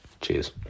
Cheers